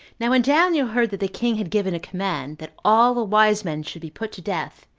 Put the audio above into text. now when daniel heard that the king had given a command, that all the wise men should be put to death,